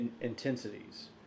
intensities